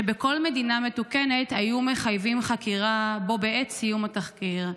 שבכל מדינה מתוקנת היו מחייבים חקירה בה בעת עם סיום התחקיר.